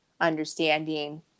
understanding